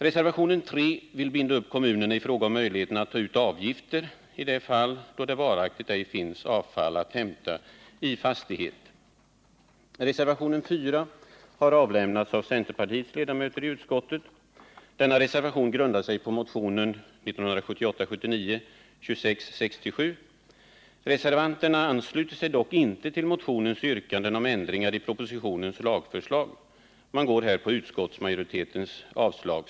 Reservation nr 3 vill binda upp kommunerna i fråga om möjligheterna att ta ut avgifter i det fall då det varaktigt ej finns avfall att hämta på en fastighet. ansluter sig dock inte till motionens yrkande om ändringar i propositionens Nr 167 lagförslag. Man går här på utskottsmajoritetens förslag till avslag.